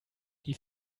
die